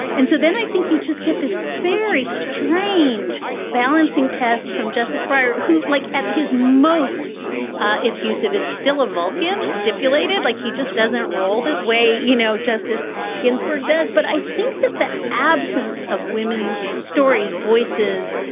and so then i think you just get this very strange balancing test from justice breyer, who'd like at his most if you serve, is still a volgin stipulated. like, he just doesn't roll that way. you know, justice ginsburg does but i think that the absence of women's stories, voices,